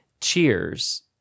cheers